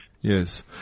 Yes